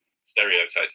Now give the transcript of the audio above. stereotypes